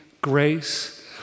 grace